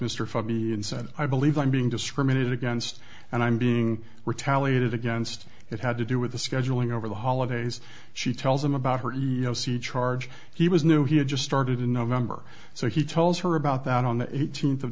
said i believe i'm being discriminated against and i'm being retaliated against it had to do with the scheduling over the holidays she tells him about her you know see charge he was new he had just started in november so he told her about that on the eighteenth of